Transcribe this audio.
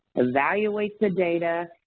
evaluate the data,